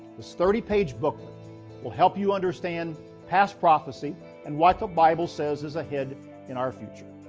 this thirty page booklet will help you understand past prophecy and what the bible says is ahead in our future.